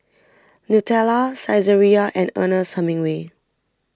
Nutella Saizeriya and Ernest Hemingway